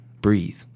breathe